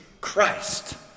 Christ